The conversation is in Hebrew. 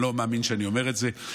אני לא מאמין שאני אומר את זה,